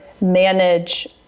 manage